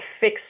fix